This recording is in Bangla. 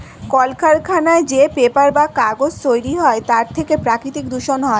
কলকারখানায় যে পেপার বা কাগজ তৈরি হয় তার থেকে প্রাকৃতিক দূষণ হয়